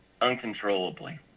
uncontrollably